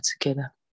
together